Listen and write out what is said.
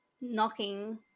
knocking